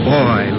Boy